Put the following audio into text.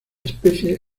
especie